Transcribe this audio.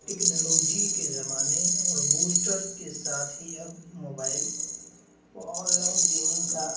technology کے زمانے اور بوسٹر کے ساتھ ہی اب موبائل و آن لائن گیمنگ کا